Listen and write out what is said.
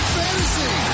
fantasy